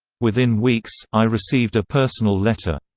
within weeks, i received a personal letter.